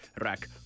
rack